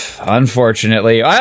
unfortunately